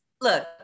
look